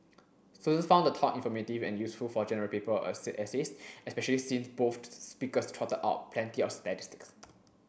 students found the talk informative and useful for General Paper essays especially since both speakers trotted out plenty of statistics